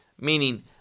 Meaning